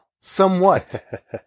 Somewhat